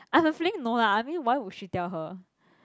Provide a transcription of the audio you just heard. I have a feeling no lah I mean why would she tell her